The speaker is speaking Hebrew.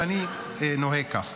ואני נוהג כך.